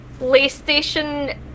PlayStation